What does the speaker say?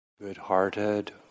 good-hearted